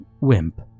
wimp